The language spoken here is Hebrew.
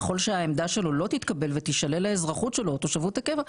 ככל שהעמדה שלו לא תתקבל ותישלל האזרחות שלו או תושבות הקבע,